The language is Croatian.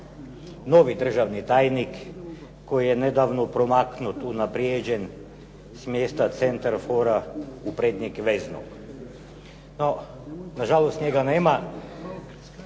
novi državni tajnik koji je nedavno promaknut, unaprijeđen s mjesta centarfora u prednjeg veznog. No nažalost njega nema,